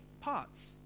parts